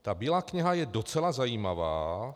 Ta Bílá kniha je docela zajímavá.